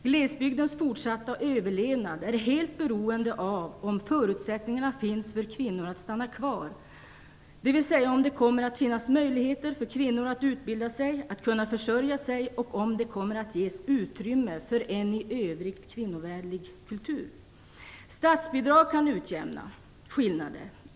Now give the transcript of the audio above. Glesbygdens fortsatta överlevnad är helt beroende av om förutsättningarna finns för kvinnor att stanna kvar, dvs. om det kommer att finnas möjligheter för kvinnor att utbilda sig och försörja sig och om det kommer att ges utrymme för en i övrigt kvinnovänlig kultur. Statsbidrag kan utjämna skillnader.